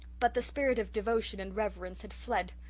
but the spirit of devotion and reverence had fled.